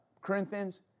Corinthians